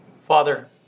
Father